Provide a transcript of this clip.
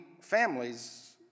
families